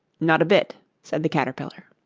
not a bit said the caterpillar.